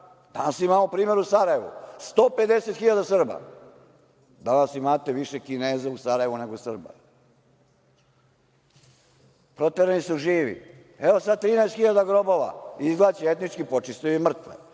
Pa, imamo primer u Sarajevu, 150.000 Srba, danas imate više Kineza u Sarajevu, nego Srba, proterani su živi. Evo, sad 13.000 grobova i izgleda će etnički da počiste mrtve.